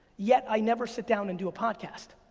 yet i never sit down and do a podcast.